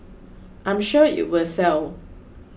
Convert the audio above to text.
I'm sure it will sell